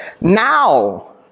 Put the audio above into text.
Now